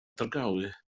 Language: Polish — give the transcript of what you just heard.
drgały